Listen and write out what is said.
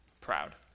proud